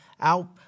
out